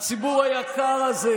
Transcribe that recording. בינתיים איבדתם חמישה